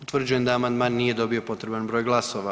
Utvrđujem da amandman nije dobio potreban broj glasova.